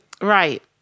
right